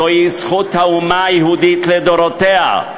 זוהי זכות האומה היהודית לדורותיה,